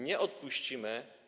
Nie odpuścimy.